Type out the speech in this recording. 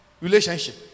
relationship